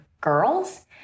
girls